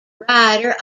writer